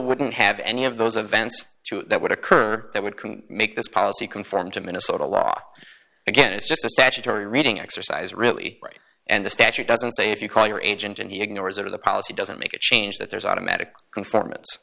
wouldn't have any of those events to that would occur that would make this policy conform to minnesota law again it's just a statutory reading exercise really and the statute doesn't say if you call your agent and he ignores it or the policy doesn't make it change that there's automatic conforman